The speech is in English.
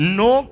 no